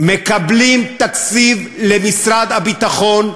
תקציב למשרד הביטחון,